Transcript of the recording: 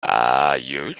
should